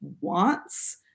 wants